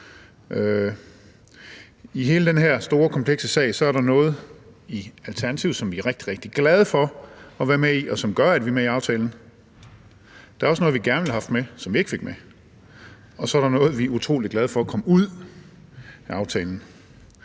I hele den her store, komplekse sag er der noget, som vi i Alternativet er rigtig, rigtig glade for at være med i, og som gør, at vi er med i aftalen. Der er også noget, vi gerne ville have haft med, som vi ikke fik med, og så er der noget, vi er utrolig glade for kom ud af aftalen.